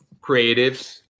creatives